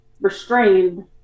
restrained